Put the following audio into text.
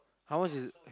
how much is it